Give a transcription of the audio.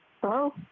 Hello